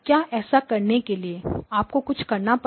क्या ऐसा करने के लिए आपको कुछ करना पड़ा